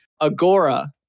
Agora